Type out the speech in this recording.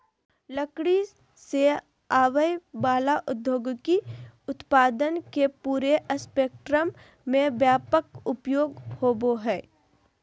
लकड़ी से आवय वला औद्योगिक उत्पादन के पूरे स्पेक्ट्रम में व्यापक उपयोग होबो हइ